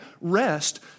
Rest